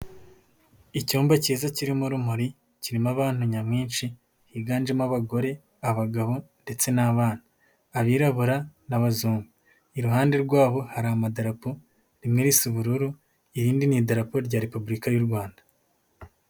Icyumba cyiza kirimo urumuri kirimo abantu nyamwinshi higanjemo abagore ,abagabo ndetse n’abana, abirabura n'abazungu iruhande rwabo hari amadarapo rimwe risa ubururu irindi nidarapo rya repubulika y'urwanda.